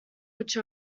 which